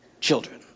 children